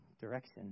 Direction